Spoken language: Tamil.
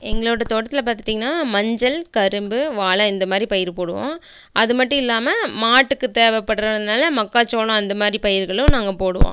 எங்களோட தோட்டத்தில் பார்த்துட்டிங்கனா மஞ்சள் கரும்பு வாழை இந்த மாரி பயிர் போடுவோம் அது மட்டும் இல்லாமல் மாட்டுக்கு தேவைப்பட்றதுனால மக்காச்சோளம் அந்த மாரி பயிருகளும் நாங்கள் போடுவோம்